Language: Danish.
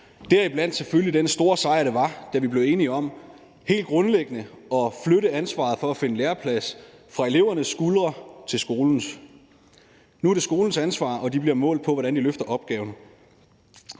deriblandt selvfølgelig den store sejr, det var, da vi blev enige om helt grundlæggende at flytte ansvaret for at finde læreplads fra elevernes skuldre til skolernes. Nu er det skolernes ansvar, og de bliver målt på, hvordan de løfter opgaven.